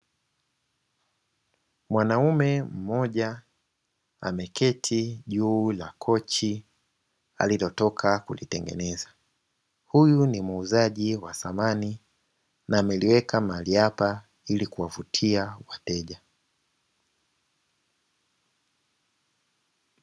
Mwanaume mmoja ameketi juu ya kochi alikotoka kulitengeneza, huyu ni muuzaji wa samani na ameliweka mahali hapa ili kuwavutia wateja.